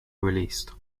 released